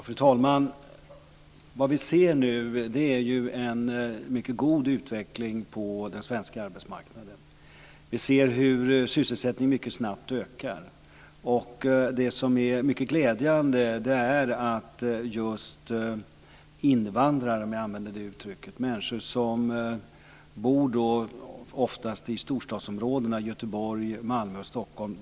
Fru talman! Vad vi ser nu är en mycket god utveckling på den svenska arbetsmarknaden. Vi ser hur sysselsättningen mycket snabbt ökar. Det som är mycket glädjande är ökningen vad gäller just invandrare, om jag använder det uttrycket. Det är människor som ofta bor i storstadsområdena Göteborg, Malmö och Stockholm.